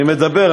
אני מדבר.